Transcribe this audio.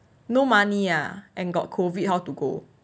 no money ah and got COVID how to go